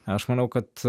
aš manau kad